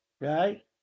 right